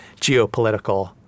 geopolitical